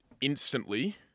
instantly